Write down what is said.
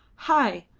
hai!